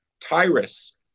Tyrus